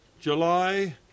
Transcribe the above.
july